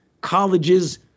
Colleges